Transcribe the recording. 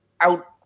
out